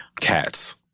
Cats